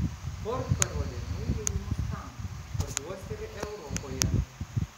ford parodė naująjį mustang parduos ir europoje